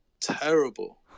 terrible